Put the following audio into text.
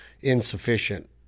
insufficient